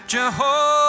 Jehovah